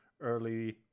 early